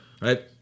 Right